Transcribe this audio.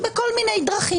היום כ"ח באדר התשפ"ג.